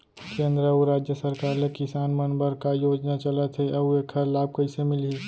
केंद्र अऊ राज्य सरकार ले किसान मन बर का का योजना चलत हे अऊ एखर लाभ कइसे मिलही?